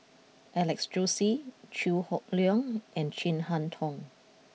Alex Josey Chew Hock Leong and Chin Harn Tong